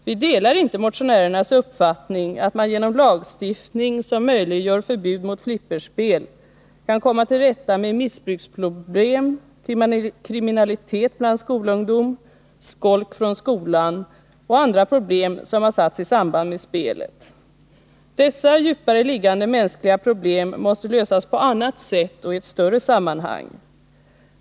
Vi delar inte motionärernas uppfattning att man genom lagstiftning som möjliggör förbud mot flipperspel kan komma till rätta med missbruk, kriminalitet bland skolungdom, skolk från skolan och andra problem som har satts i samband med spelet. Dessa djupare liggande mänskliga problem måste lösas på annat sätt och i ett större sammanhang.